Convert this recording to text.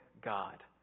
God